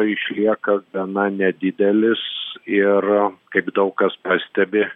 išlieka gana nedidelis ir kaip daug kas pastebi